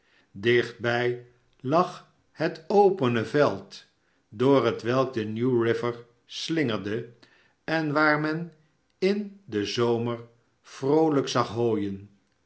dichtbij lag het opene veld door hetwelk de new river slingerde en waar men in den zomer vroolijk zag hooien